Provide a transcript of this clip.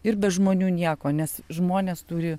ir be žmonių nieko nes žmonės turi